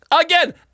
Again